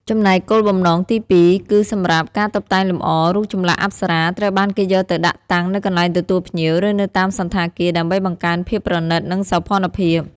ចំណែកគោលបំណង ទីពីរ គឺសម្រាប់ ការតុបតែងលម្អ រូបចម្លាក់អប្សរាត្រូវបានគេយកទៅដាក់តាំងនៅកន្លែងទទួលភ្ញៀវ ឬនៅតាមសណ្ឋាគារ ដើម្បីបង្កើនភាពប្រណិត និងសោភ័ណភាព។